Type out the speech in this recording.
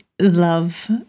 love